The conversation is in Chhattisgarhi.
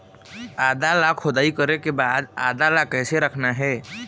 आदा ला खोदाई करे के बाद आदा ला कैसे रखना हे?